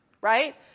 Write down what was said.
right